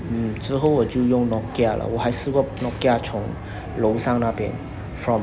mm 之后我就用 nokia 了我还试过 nokia 从楼上那边 from